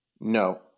No